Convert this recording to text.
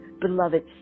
beloved